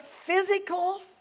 physical